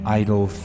idle